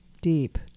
deep